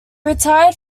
retired